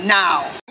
now